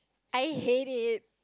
I hate it